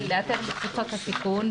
זה לאתר את קבוצות הסיכון,